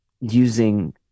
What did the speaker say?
using